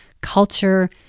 culture